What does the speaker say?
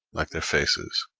like their faces,